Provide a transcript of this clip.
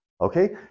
Okay